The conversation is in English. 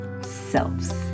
selves